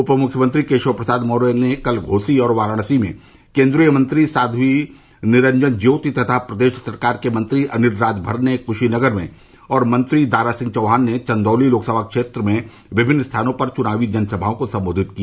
उप मुख्यमंत्री केशव प्रसाद मौर्य ने कल घोसी और वाराणसी में केन्द्रीय मंत्री साध्यी निरंजन ज्योति तथा प्रदेश सरकार के मंत्री अनिल राजभर ने कूशीनगर में और मंत्री दारा सिंह चौहान ने चंदौली लोकसभा क्षेत्र में विभिन्न स्थानों पर चुनावी जनसभाओं को संबोधित किया